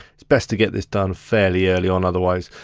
it's best to get this done fairly early on, otherwise,